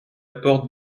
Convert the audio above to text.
porte